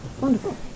Wonderful